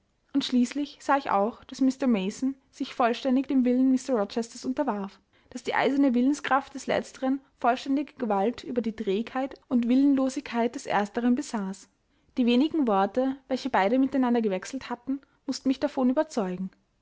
und schließlich sah ich auch daß mr mason sich vollständig dem willen mr rochesters unterwarf daß die eiserne willenskraft des letzteren vollständige gewalt über die trägheit und willenlosigkeit des ersteren besaß die wenigen worte welche beide miteinander gewechselt hatten mußten mich davon überzeugen